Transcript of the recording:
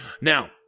Now